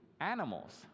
animals